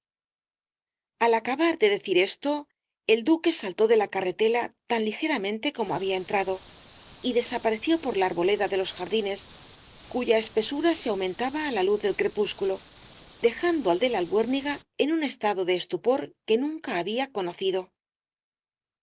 al acabar de decir esto el duque saltó de la carretela tan ligeramente como había entrado y desapareció por la arboleda de los jardines cuya espesura se aumentaba á la luz del crepúsculo dejando al de la albuérniga en un estado de estupor que nunca había conocido